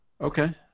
Okay